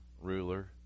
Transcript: ruler